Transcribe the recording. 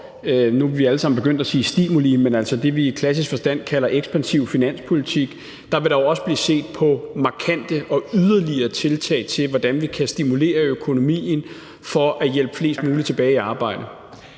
som vi nu alle sammen er begyndt at kalde stimuli, altså det, som vi i klassisk forstand kalder ekspansiv finanspolitik. Der vil der jo også blive set på markante og yderligere tiltag til, hvordan vi kan stimulere økonomien, for at hjælpe flest mulige tilbage i arbejde.